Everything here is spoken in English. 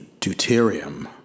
deuterium